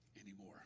anymore